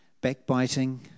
backbiting